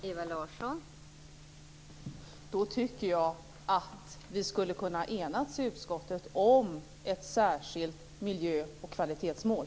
Fru talman! Då tycker jag att vi hade kunnat enas i utskottet om ett särskilt miljö och kvalitetsmål.